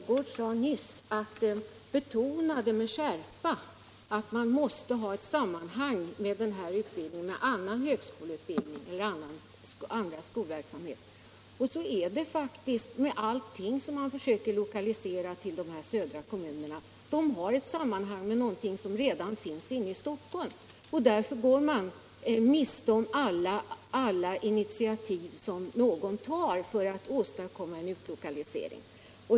Herr talman! Fru statsrådet Mogård betonade med skärpa att man måste ha ett samband mellan den utbildning som det här gäller och annan skolverksamhet, och det sammanhanget finns också i allting som man försöker göra när det gäller utbildning i de södra kommunerna. Allting har ett sammanhang med någonting som redan finns inne i Stockholm, och därför går vi miste om alla initiativ som någon försöker ta för att åstadkomma en utlokalisering.